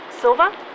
Silva